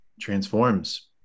Transforms